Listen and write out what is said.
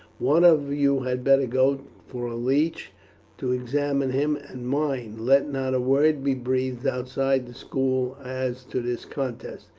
one of you had better go for a leech to examine him and mind, let not a word be breathed outside the school as to this contest.